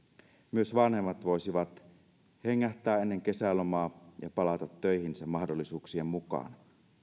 myös vanhemmat voisivat hengähtää ennen kesälomaa ja palata töihinsä mahdollisuuksien mukaan